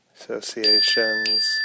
associations